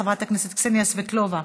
חברת הכנסת קסניה סבטלובה,